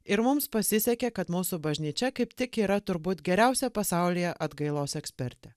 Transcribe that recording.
ir mums pasisekė kad mūsų bažnyčia kaip tik yra turbūt geriausia pasaulyje atgailos ekspertė